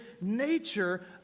nature